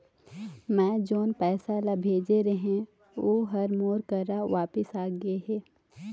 मै जोन पैसा ला भेजे रहें, ऊ हर मोर करा वापिस आ गे हे